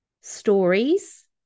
stories